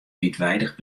wiidweidich